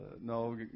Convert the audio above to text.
no